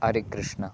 Harikrishna